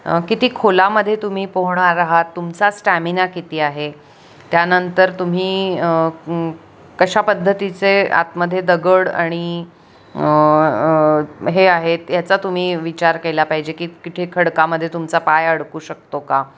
किती खोलामध्ये तुम्ही पोहणार आहात तुमचा स्टॅमिना किती आहे त्यानंतर तुम्ही कशा पद्धतीचे आतमध्ये दगड आणि हे आहेत याचा तुम्ही विचार केला पाहिजे की किठे खडकामध्ये तुमचा पाय अडकू शकतो का